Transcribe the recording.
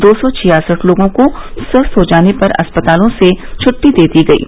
दो सौ छियासठ लोगों को स्वस्थ हो जाने पर अस्पतालों से छुट्टी दे दी गयी